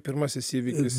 pirmasis įvyks